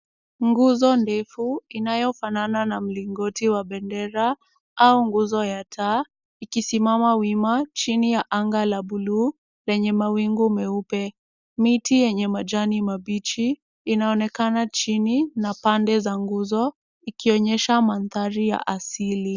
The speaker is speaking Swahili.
Nguzo ndefu inayofanana na mlingoti wa bendera au nguzo ya taa, ikisimama wima chini ya anga la buluu lenye mawingu meupe. Miti yenye majani mabichi inaonekana chini na pande za nguzo, ikionyesha mandhari ya asili.